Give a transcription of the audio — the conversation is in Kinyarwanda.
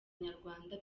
nyarwanda